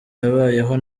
yabayeho